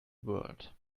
world